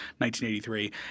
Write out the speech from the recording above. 1983